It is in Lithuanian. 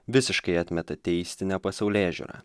visiškai atmeta teistinę pasaulėžiūrą